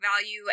value